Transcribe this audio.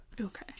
Okay